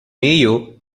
mayo